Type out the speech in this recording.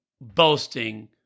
boasting